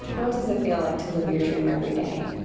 what does it feel like to live your dream every day?